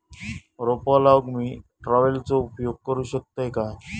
रोपा लाऊक मी ट्रावेलचो उपयोग करू शकतय काय?